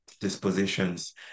dispositions